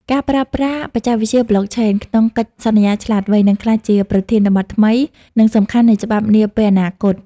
ការប្រើប្រាស់បច្ចេកវិទ្យា Blockchain ក្នុងកិច្ចសន្យាឆ្លាតវៃ នឹងក្លាយជាប្រធានបទថ្មី និងសំខាន់នៃច្បាប់ខ្មែរនាពេលអនាគត។